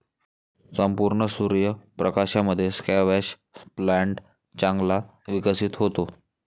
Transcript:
संपूर्ण सूर्य प्रकाशामध्ये स्क्वॅश प्लांट चांगला विकसित होतो